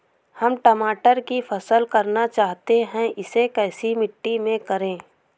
हम टमाटर की फसल करना चाहते हैं इसे कैसी मिट्टी में करें?